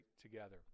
together